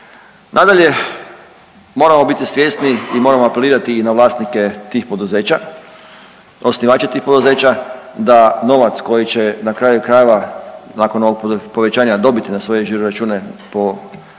Nadalje, moramo biti svjesni i moramo apelirati i na vlasnike tih poduzeća, osnivače tih poduzeća da novac koji će na kraju krajeva nakon ovog povećanja dobiti na svoje žiroračune po